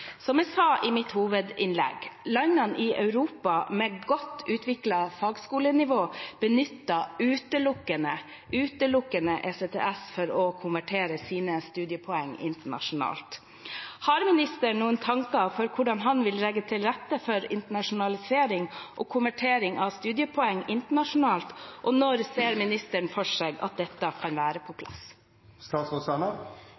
Som jeg sa i mitt hovedinnlegg, benytter landene i Europa med godt utviklet fagskolenivå utelukkende ECTS for å konvertere sine studiepoeng internasjonalt. Har statsråden noen tanker om hvordan han vil legge til rette for internasjonalisering og konvertering av studiepoeng internasjonalt, og når ser ministeren for seg at dette kan være på